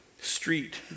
street